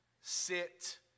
sit